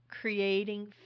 creating